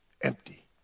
Empty